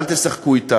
אל תשחקו אתה,